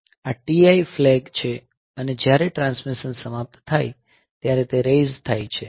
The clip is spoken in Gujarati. આ TI ફ્લેગ છે અને જ્યારે ટ્રાન્સમિશન સમાપ્ત થાય ત્યારે તે રેઇઝ થાય છે